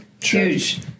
huge